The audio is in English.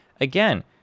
Again